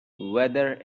weather